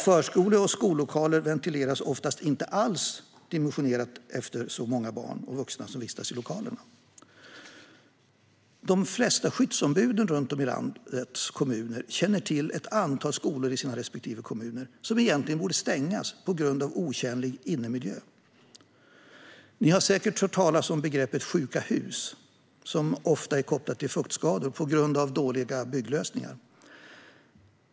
Förskole och skollokaler ventileras oftast inte alls dimensionerat efter hur många barn och vuxna som vistas i lokalerna. De flesta skyddsombud runt om i landets kommuner känner till ett antal skolor i sina respektive kommuner som egentligen borde stängas på grund av otjänlig inomhusmiljö. Ni har säkert hört talas om begreppet sjuka hus, som ofta är kopplat till fuktskador på grund av dåliga bygglösningar.